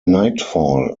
nightfall